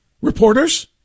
reporters